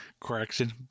Correction